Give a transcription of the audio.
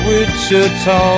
Wichita